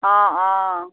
অঁ অঁ